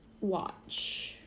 watch